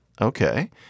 Okay